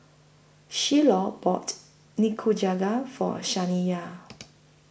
Shiloh bought Nikujaga For Saniya